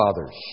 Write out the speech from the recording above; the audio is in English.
fathers